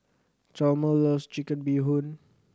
Chalmer loves Chicken Bee Hoon